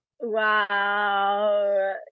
Wow